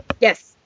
Yes